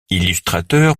illustrateur